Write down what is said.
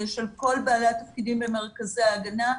של כל בעלי התפקידים במרכזי ההגנה.